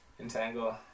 Entangle